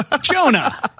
Jonah